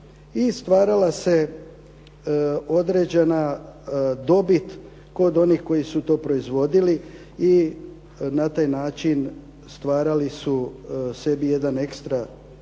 stvarala se određena dobit kod onih koji su to proizvodili i na taj način stvarali su sebi jedan ekstra dobit